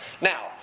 Now